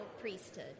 priesthood